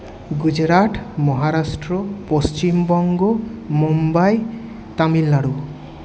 Gujarat Maharashtra Paschimbanga Mumbai Tamil Nadu